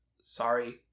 sorry